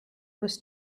was